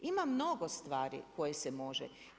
Ima mnogo stvari koje se može.